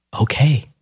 okay